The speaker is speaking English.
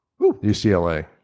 UCLA